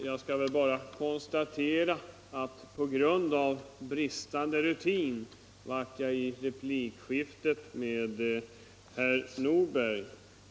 Fru talman! Jag vill konstatera att på grund av bristande rutin blev jag överkörd i replikskiftet med herr Nordberg.